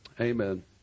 Amen